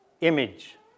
image